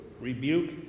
rebuke